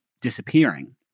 disappearing